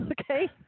Okay